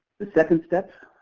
the second step,